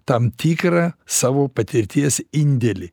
tam tikrą savo patirties indėlį